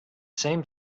same